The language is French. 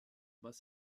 bas